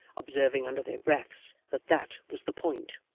observing under their breaths that that was the point.